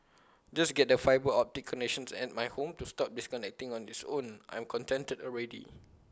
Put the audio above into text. just get the fibre optic connections at my home to stop disconnecting on its own I'm contented already